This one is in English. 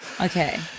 Okay